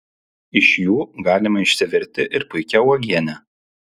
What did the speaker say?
iš jų galima išsivirti ir puikią uogienę